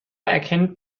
erkennt